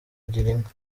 girinka